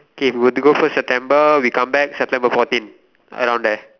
K if we were to go first September we come back September fourteen around there